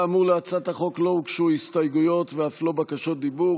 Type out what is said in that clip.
להצעת החוק לא הוגשו הסתייגויות ואף לא בקשות דיבור.